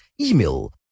email